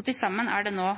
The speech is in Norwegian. Til sammen er nå